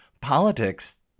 politics